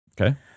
Okay